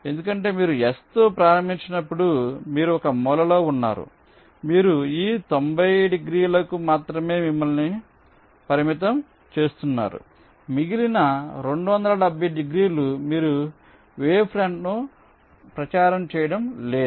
ఎందుకంటే మీరు S తో ప్రారంభించినప్పుడు మీరు ఒక మూలలో ఉన్నారు మీరు ఈ 90 డిగ్రీలకు మాత్రమే మిమ్మల్ని పరిమితం చేస్తున్నారు మిగిలిన 270 డిగ్రీలు మీరు వేవ్ ఫ్రంట్ను ప్రచారం చేయడం లేదు